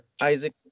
Isaac